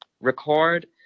record